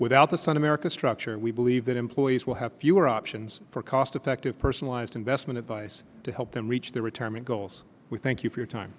without the sun america structure and we believe that employees will have fewer options for cost effective personalized investment advice to help them reach their return i mean goals we thank you for your time